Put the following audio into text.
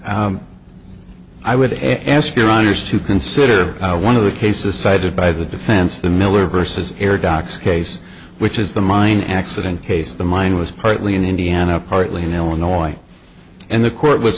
i would ask your honour's to consider one of the cases cited by the defense the miller vs paradox case which is the mine accident case the mine was partly in indiana partly in illinois and the court was